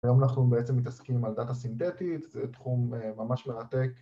‫היום אנחנו בעצם מתעסקים ‫על דאטה סינדטית, ‫זה תחום ממש מרתק.